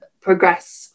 progress